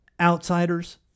Outsiders